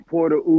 Porter